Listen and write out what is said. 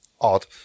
odd